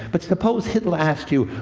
but suppose hitler asked you,